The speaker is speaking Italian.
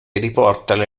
riportano